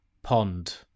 pond